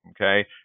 Okay